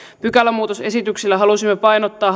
pykälämuutosesityksillä halusimme painottaa